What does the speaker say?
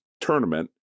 tournament